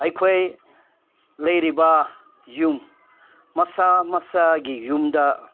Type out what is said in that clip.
ꯑꯩꯈꯣꯏ ꯂꯩꯔꯤꯕ ꯌꯨꯝ ꯃꯁꯥ ꯃꯁꯥꯒꯤ ꯌꯨꯝꯗ